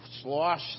slosh